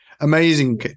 Amazing